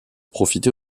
profiter